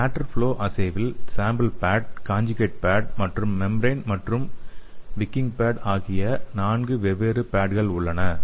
lateral flow அஸ்ஸேவில் sample pad conjugate pad மற்றும் membrane மற்றும் விக்கிங் பேட் ஆகிய 4 வெவ்வேறு பேட்கள் உள்ளன